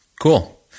cool